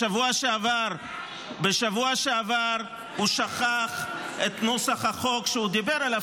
בשבוע שעבר הוא שכח את נוסח החוק שהוא דיבר עליו,